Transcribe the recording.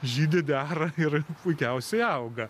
žydi dera ir puikiausiai auga